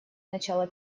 начало